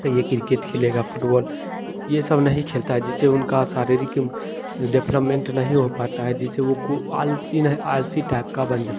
तो यह क्रिकेट खेलेगा फुटबॉल यह सब नहीं खेलता जिससे उनका शारीरक डेप्रोमेंट नहीं हो पाता जिससे वह वह कुछ आलसी नहीं आलसी टाइप का बन जाता है